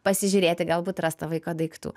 pasižiūrėti galbūt ras to vaiko daiktų